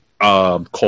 called